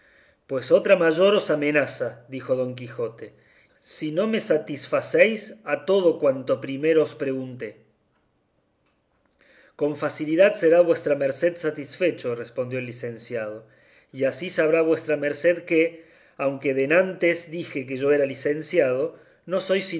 pues otra mayor os amenaza dijo don quijote si no me satisfacéis a todo cuanto primero os pregunté con facilidad será vuestra merced satisfecho respondió el licenciado y así sabrá vuestra merced que aunque denantes dije que yo era licenciado no soy